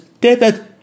David